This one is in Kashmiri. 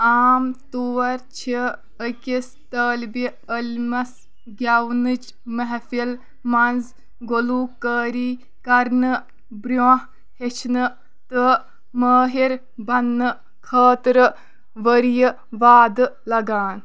عام طور چھِ أکِس طٲلِبہِ عٔلِمس گٮ۪ونٕچہِ محفِل منٛز گُلوٗکٲری کرنہٕ برٛونٛہہ ہیٚچھنہٕ تہٕ مٲہِر بنٕنہٕ خٲطرٕ ؤرۍ یہِ وادٕ لگان